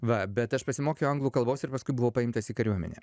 va bet aš pasimokiau anglų kalbos ir paskui buvau paimtas į kariuomenę